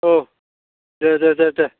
औ दे दे दे